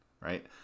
right